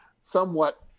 somewhat